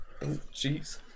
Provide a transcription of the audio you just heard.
Jeez